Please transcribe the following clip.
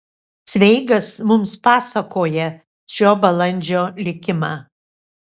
cveigas mums pasakoja šio balandžio likimą